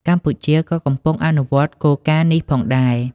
កម្ពុជាក៏កំពុងតែអនុវត្តគោលការណ៍នេះផងដែរ។